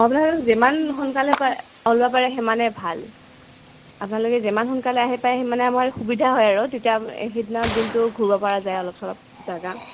আপোনালোক যিমান সোনকালে পাৰে ওলাব পাৰে সিমানে ভাল আপোনালোকে যিমান সোনকালে আহি পায় সিমানে আমাৰ সুবিধা হয় আৰু তেতিয়া সেইদিনা দিনটো ঘূৰিব পৰা যায় অলপ চলপ জেগা